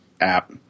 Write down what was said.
app